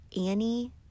Annie